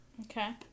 Okay